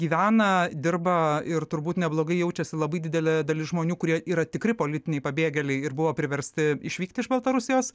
gyvena dirba ir turbūt neblogai jaučiasi labai didelė dalis žmonių kurie yra tikri politiniai pabėgėliai ir buvo priversti išvykti iš baltarusijos